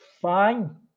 fine